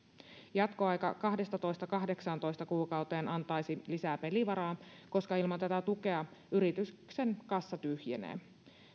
jatkoaika kahdestatoista kahdeksaantoista kuukauteen antaisi lisää pelivaraa koska ilman tätä tukea yrityksen kassa tyhjenee